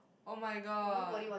oh-my-god